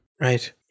Right